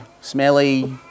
smelly